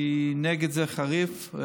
אני נגד זה, חריף.